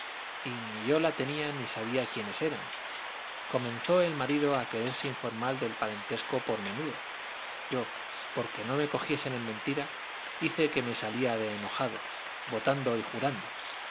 y ni yo la tenía ni sabía quiénes eran comenzó el marido a quererse informar del parentesco por menudo yo porque no me cogiese en mentira hice que me salía de enojado votando y jurando